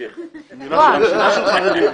לעסקן כזה או אחר הנוכחות שלנו שם,